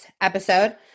episode